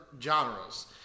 genres